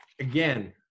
Again